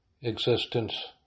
existence